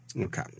Okay